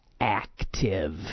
active